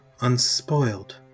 unspoiled